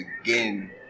again